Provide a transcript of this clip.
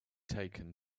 taken